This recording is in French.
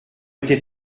été